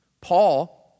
Paul